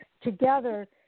together